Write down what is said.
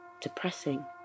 depressing